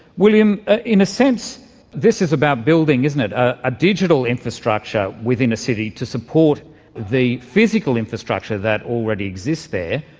william, in a sense this is about building, isn't it, a digital infrastructure within a city to support the physical infrastructure that already exists there,